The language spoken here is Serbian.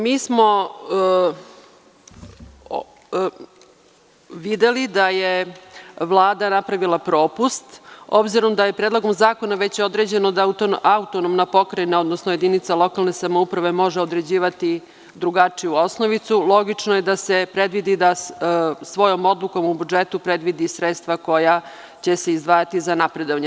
Mi smo videli da je Vlada napravila propust, obzirom da je Predlogom zakona već određeno da autonomna pokrajina, odnosno jedinica lokalne samouprave može određivati drugačiju osnovicu, logično je da se predvidi, da svojom odlukom u budžetu predvidi sredstva koja će se izdvajati za napredovanje.